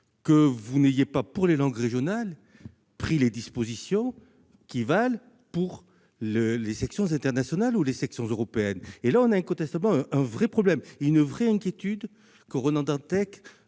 que vous n'ayez pas, pour les langues régionales, pris les dispositions qui valent pour les sections internationales ou les sections européennes. Il y a là incontestablement un vrai problème et une véritable inquiétude, que Ronan Dantec